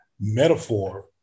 Metaphor